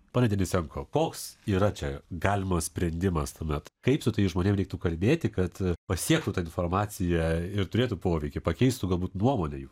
pone denisenko koks yra čia galimas sprendimas tuomet kaip su tais žmonėm reiktų kalbėti kad pasiektų tą informaciją ir turėtų poveikį pakeistų galbūt nuomonę jų